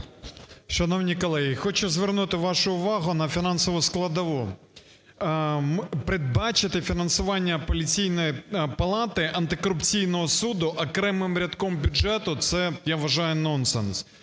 Шановні колеги, хочу звернути вашу увагу на фінансову складову, передбачити фінансування Апеляційної палати антикорупційного суду окремим рядком бюджету - це, я вважаю, нонсенс.